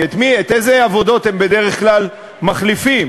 כי באיזה עבודות הם בדרך כלל מחליפים?